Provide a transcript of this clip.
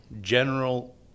general